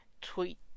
tweet